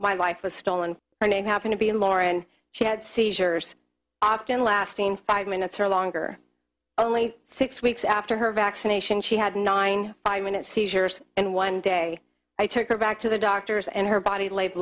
my wife was stolen and they happen to be laura and she had seizures often lasting five minutes or longer only six weeks after her vaccination she had nine five minute seizures and one day i took her back to the doctors and her body laid